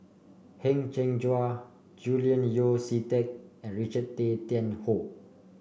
Heng Cheng Hwa Julian Yeo See Teck and Richard Tay Tian Hoe